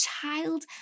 child